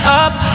up